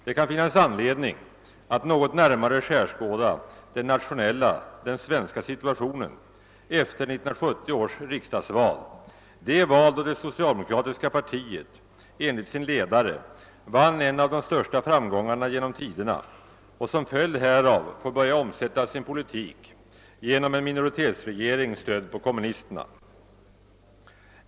Det kan finnas anledning att något närmare skärskåda den nationella situationen efter 1970 års riksdagsval — det val då det socialdemokratiska partiet enligt sin ledare vann en av de största framgångarna genom tiderna och som följd härav får börja omsätta sin politik genom en minoritetsregering stödd på kommunisterna.